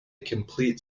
complete